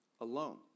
alone